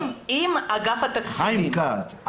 חיים כץ,